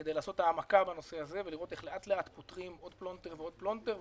כדי לעשות העמקה בנושא הזה ולראות איך פותרים עוד פלונטר ועוד פלונטר,